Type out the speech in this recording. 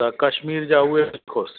त कशमीर जा उहे लिखियोसि